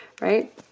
Right